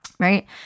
Right